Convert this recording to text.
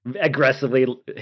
aggressively